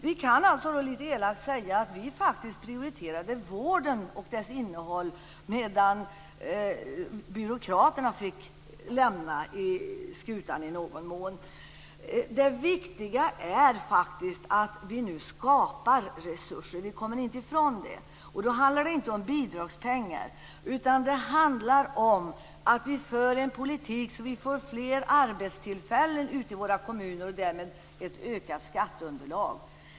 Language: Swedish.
Vi moderater prioriterade faktiskt vården och dess innehåll medan byråkraterna fick lämna skutan. Det viktiga är att vi nu skapar resurser, det kommer vi inte ifrån. Och då handlar det inte om bidragspengar utan det handlar om att vi för en politik så att vi får fler arbetstillfällen i kommunerna och därmed ett ökat skatteunderlag.